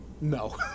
No